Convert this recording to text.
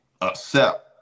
accept